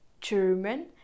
German